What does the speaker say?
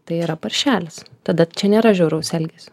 tai yra paršelis tada čia nėra žiauraus elgesio